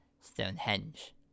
Stonehenge